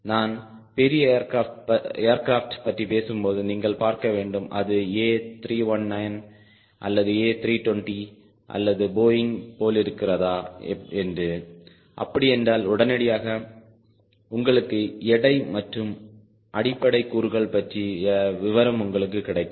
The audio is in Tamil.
நான் பெரிய ஏர்க்ரப்ட் பற்றி பேசும்போது நீங்கள் பார்க்க வேண்டும் அது A 319 அல்லது A 320 அல்லது போயிங் போலிருக்கிறதா என்று அப்படி என்றால் உடனடியாக உங்களுக்கு எடை மற்றும் அடிப்படை கூறுகள் பற்றிய விவரம் உங்களுக்கு கிடைக்கும்